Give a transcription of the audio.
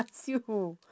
you